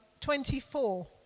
24